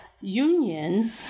union